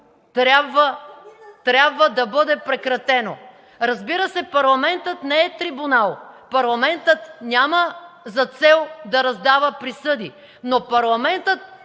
трябва да бъде прекратено! Разбира се, парламентът не е трибунал, парламентът няма за цел да раздава присъди. Но парламентът